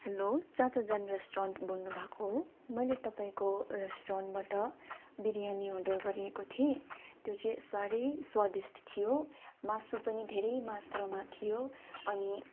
hello चाचाजान restaurant बोल्नु भएको हो मैले तपाईँको रेस्टुरेन्टबाट बिरयानी अर्डर गरिएको थिएँ त्यो चाहिँ साह्रै स्वादिष्ट थियो मासु पनि धेरै मात्रामा थियो अनि